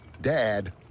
Dad